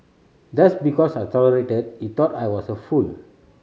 just because I tolerated he thought I was a fool